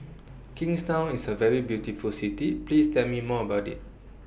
Kingstown IS A very beautiful City Please Tell Me More about IT